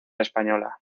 española